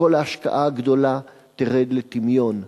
וכל ההשקעה הגדולה תרד לטמיון.